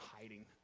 hiding